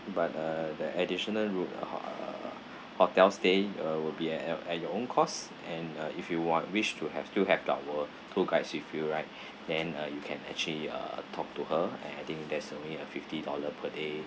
but uh the additional ro~ uh h~ uh hotel stay uh will be at at your own cost and uh if you want wish to have still have our tour guides with you right then uh you can actually uh talk to her and I think that's only uh fifty dollar per day